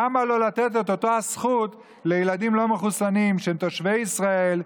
למה לא לתת את אותה הזכות לילדים לא מחוסנים של תושבי ישראל,